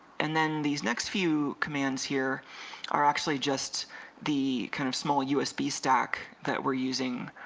and then these next few commands here are actually just the kind of small usb stack that were using